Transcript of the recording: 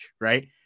right